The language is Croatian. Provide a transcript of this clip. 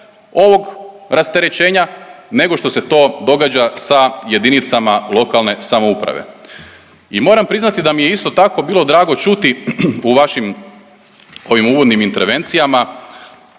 ovog rasterećenja nego što se to događa sa jedinicama lokalne samouprave i moram priznati da mi je isto tako bilo drago čuti u vašim ovim uvodnim intervencijama